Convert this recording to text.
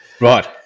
Right